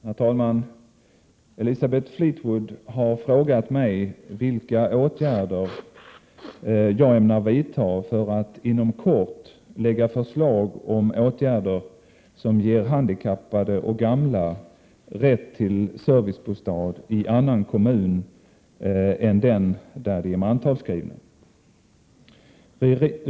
Herr talman! Elisabeth Fleetwood har frågat mig vilka åtgärder jag ämnar vidtaga för att inom kort lägga fram förslag om åtgärder som ger handikappade och gamla rätt till servicebostad i annan kommun än den där de är mantalsskrivna.